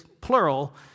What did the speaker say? plural